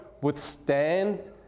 withstand